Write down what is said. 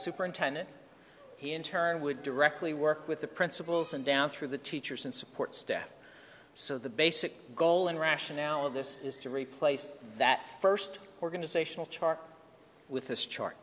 superintendent he in turn would directly work with the principals and down through the teachers and support staff so the basic goal and rationale of this is to replace that first organizational chart with this ch